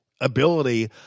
ability